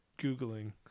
Googling